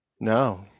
No